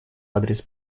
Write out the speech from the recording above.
адрес